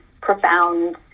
profound